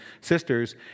sisters